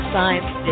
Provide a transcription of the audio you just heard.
Science